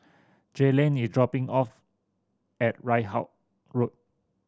Jaylen is dropping off at Ridout Road